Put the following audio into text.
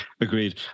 Agreed